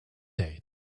day